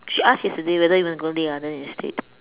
she asked yesterday whether you want to go Lei Garden instead